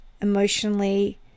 emotionally